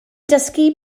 dysgu